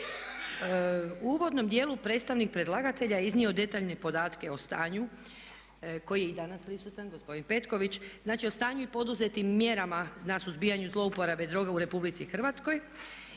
U uvodnom dijelu predstavnik predlagatelja je iznio detaljne podatke o stanju, koji je i danas prisutan, gospodin Petković, znači o stanju i poduzetim mjerama na suzbijanju zlouporabe droge u Republici Hrvatskoj